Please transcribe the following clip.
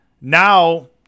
now